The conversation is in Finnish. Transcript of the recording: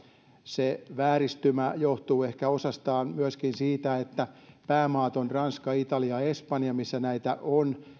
se vääristymä johtuu ehkä osastaan myöskin siitä että päämaat ovat ranska italia ja espanja missä näitä on